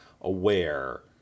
aware